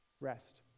rest